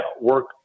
work